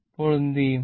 ഇപ്പോൾ എന്തു ചെയ്യും